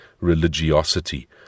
religiosity